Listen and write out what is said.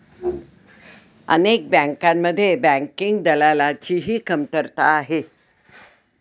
अनेक बँकांमध्ये बँकिंग दलालाची ही कमतरता आहे